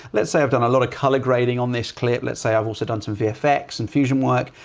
let's say i've done a lot of color grading on this clip. let's say i've also done some vfx and fusion work,